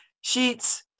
sheets